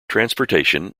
transportation